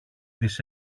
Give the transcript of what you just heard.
της